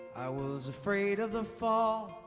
i was afraid of the fall,